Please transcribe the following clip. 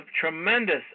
tremendous